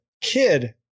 Kid